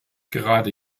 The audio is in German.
gerade